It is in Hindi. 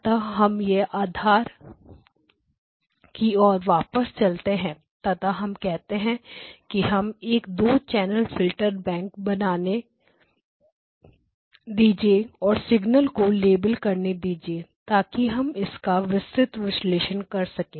अतः हम यह आधार की ओर वापस चलते हैं तथा हम कहते हैं कि हमें एक 2 चैनल फिल्टर बैंक बनाने दीजिए और सिग्नल को लेबल करने दीजिए ताकि हम इसका विस्तृत विश्लेषण कर सकें